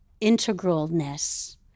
integralness